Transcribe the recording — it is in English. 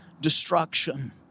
destruction